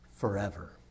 Forever